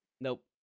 Nope